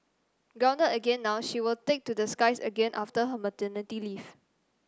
again now she will take to the skies again after her maternity leave